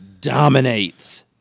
dominates